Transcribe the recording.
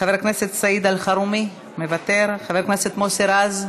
חבר סעיד אלחרומי, מוותר, חבר מוסי רז,